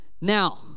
Now